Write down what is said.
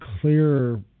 clearer